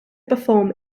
perform